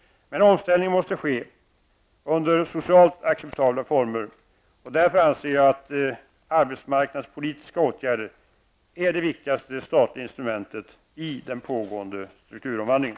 Men omställningen måste ske under socialt acceptabla former. Därför anser jag att arbetsmarknadspolitiska åtgärder är det viktigaste statliga instrumentet i den pågående strukturomvandlingen.